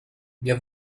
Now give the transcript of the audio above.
wir